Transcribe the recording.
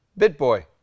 BitBoy